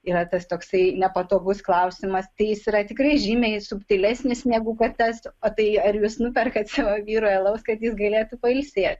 yra tas toksai nepatogus klausimas tai jis yra tikrai žymiai subtilesnis negu kad tas o tai ar jūs nuperkate savo vyrui alaus kad jis galėtų pailsėt